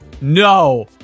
No